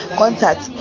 contact